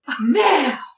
Now